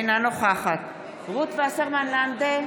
אינה נוכחת רות וסרמן לנדה,